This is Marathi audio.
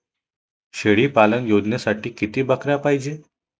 शेळी पालन योजनेसाठी किती बकऱ्या पायजे?